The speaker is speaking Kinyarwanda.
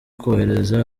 korohereza